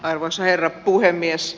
arvoisa herra puhemies